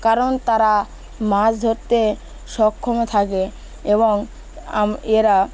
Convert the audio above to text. কারণ তারা মাছ ধরতে সক্ষম থাকে এবং এরা